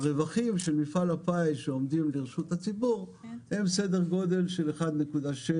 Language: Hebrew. הרווחים של מפעל הפיס שעומדים לרשות הציבור הם סדר גודל של 1.6,